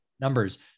numbers